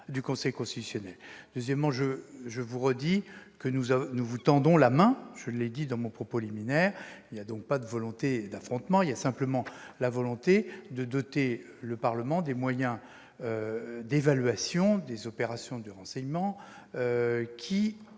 du Conseil constitutionnel. Ensuite, je vous redis que nous vous tendons la main- je l'ai dit dans mon propos liminaire. Il n'y a donc aucune volonté d'affrontement, simplement la volonté de doter le Parlement des moyens nécessaires à l'évaluation des opérations de renseignement,